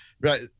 Right